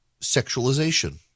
sexualization